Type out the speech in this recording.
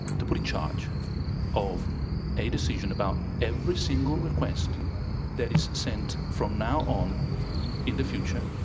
to put in charge of a decision about every single request that is sent from now on in the future,